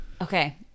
Okay